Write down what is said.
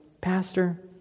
Pastor